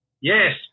yes